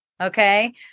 Okay